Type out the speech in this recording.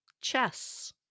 Chess